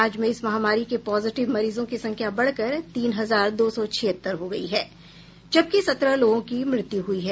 राज्य में इस महामारी के पॉजिटिव मरीजों की संख्या बढ़कर तीन हजार दो सौ छिहत्तर हो गयी है जबकि सत्रह लोगों की मृत्यु हुई है